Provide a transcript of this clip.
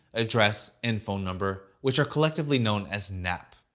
address, and phone number, which are collectively known as nap.